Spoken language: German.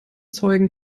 zeugen